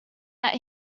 that